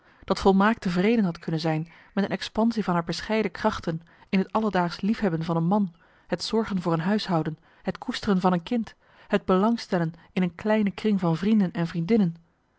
dat volmaakt tevreden had kunnen zijn met een expansie van haar bescheiden krachten in het alledaagsch liefhebben van een man het zorgen voor een huishouden marcellus emants een nagelaten bekentenis het koesteren van een kind het belangstellen in een kleine kring van vrienden en vriendinnen